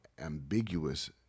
ambiguous